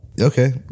Okay